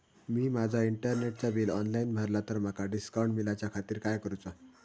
मी माजा इंटरनेटचा bill online भरला तर माका डिस्काउंट मिलाच्या खातीर काय करुचा?